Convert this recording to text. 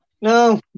no